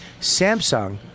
Samsung